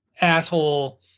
asshole